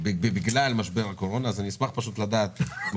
בגלל משבר הקורונה, אני אשמח לשמוע מה תפיסתך.